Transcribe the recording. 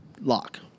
Lock